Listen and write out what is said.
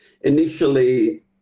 initially